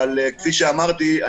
אבל כפי שאמרתי,